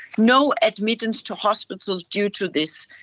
no admittance to hospital due to this.